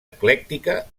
eclèctica